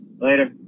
Later